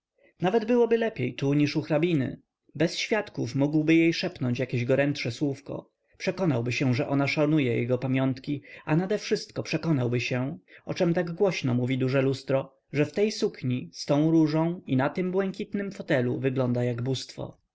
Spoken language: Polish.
nawet byłoby lepiej tu niż u hrabiny bez świadków mógłby jej szepnąć jakieś gorętsze słówko przekonałby się że ona szanuje jego pamiątki a nadewszystko przekonałby się o czem tak głośno mówi duże lustro że w tej sukni z tą różą i na tym błękitnym fotelu wygląda jak bóstwo